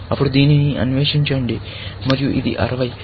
అప్పుడు దీనిని అన్వేషించండి మరియు ఇది 60